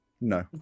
No